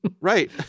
right